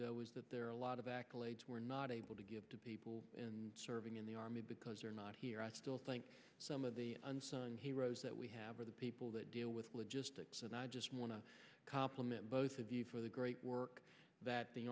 though is that there are a lot of accolades we're not able to give to people in serving in the army because they're not here i still think some of the unsung heroes that we have are the people that deal with logistics and i just want to compliment both of you for the great work that the